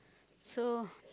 so